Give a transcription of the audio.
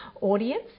audience